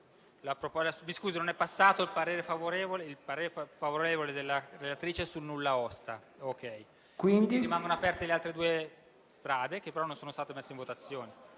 Non è passato il parere favorevole della relatrice sul nulla osta. Rimanevano quindi aperte le altre due strade, che però non sono state messe in votazione.